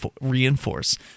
reinforce